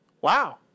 Wow